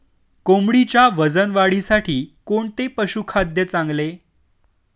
कोंबडीच्या वजन वाढीसाठी कोणते पशुखाद्य चांगले?